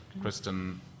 Kristen